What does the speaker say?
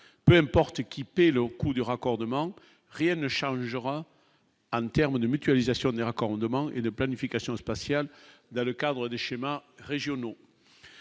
même porte équipée locaux de raccordement, rien ne Charles Joras enterrement de mutualisation des raccordements et de planification spatiale dans le cadre des schémas régionaux.